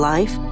Life